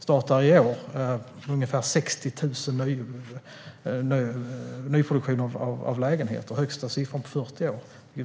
I år startar nyproduktion av över 60 000 lägenheter - den högsta siffran på 40 år.